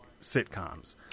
sitcoms